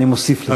אני מוסיף לך.